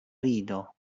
rido